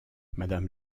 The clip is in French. madame